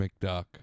McDuck